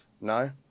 No